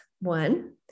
One